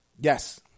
Yes